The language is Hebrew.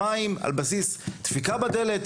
מים או דפיקה בדלת,